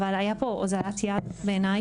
אבל הייתה פה אוזלת יד בעיניי,